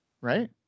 right